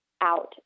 out